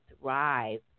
thrive